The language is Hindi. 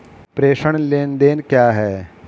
प्रेषण लेनदेन क्या है?